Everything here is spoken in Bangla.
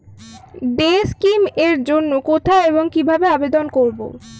ডে স্কিম এর জন্য কোথায় এবং কিভাবে আবেদন করব?